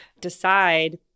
decide